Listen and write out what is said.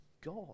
God